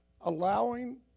allowing